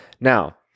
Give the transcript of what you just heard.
Now